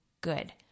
good